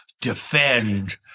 defend